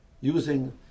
using